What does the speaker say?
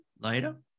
later